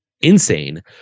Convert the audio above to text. insane